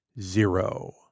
zero